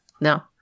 No